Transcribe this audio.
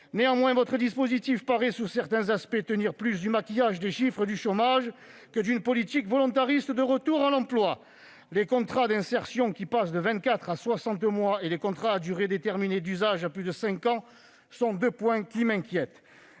Néanmoins, votre dispositif paraît, sous certains aspects, tenir plus du maquillage des chiffres du chômage que d'une politique volontariste de retour à l'emploi. La durée des contrats d'insertion passant de vingt-quatre à soixante mois et celle des contrats à durée déterminée d'usage à plus de cinq ans sont deux points qui m'inquiètent.